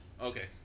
okay